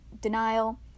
denial